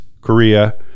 Korea